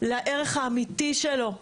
לערך האמיתי שלו,